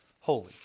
holy